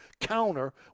counter